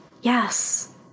Yes